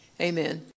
Amen